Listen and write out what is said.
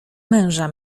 męża